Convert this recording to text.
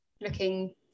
looking